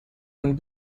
and